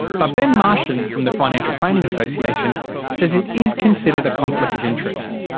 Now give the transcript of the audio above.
but ben marshan from the financial planning association says it is considered a conflict of interest.